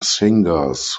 singers